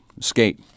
skate